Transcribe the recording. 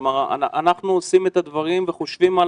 כלומר אנחנו עושים את הדברים וחושבים על